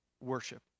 worship